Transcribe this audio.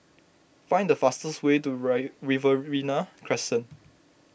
find the fastest way to re Riverina Crescent